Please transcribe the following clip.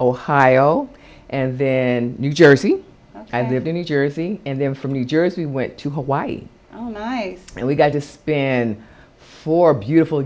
ohio and then new jersey i lived in new jersey and then from new jersey went to hawaii oh my and we got to spin four beautiful